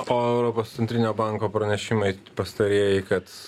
o europos centrinio banko pranešimai pastarieji kad